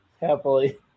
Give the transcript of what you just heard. Happily